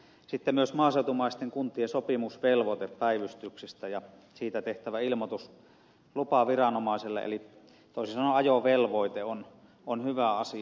sitten myös maaseutumaisten kuntien sopimusvelvoite päivystyksestä ja siitä tehtävä ilmoitus lupaviranomaiselle eli toisin sanoen ajovelvoite on hyvä asia